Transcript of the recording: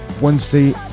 Wednesday